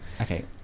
Okay